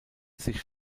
sich